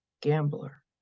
gambler